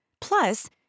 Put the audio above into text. Plus